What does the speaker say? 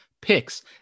picks